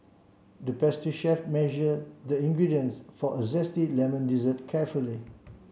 the pastry chef measured the ingredients for a zesty lemon dessert carefully